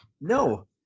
no